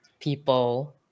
people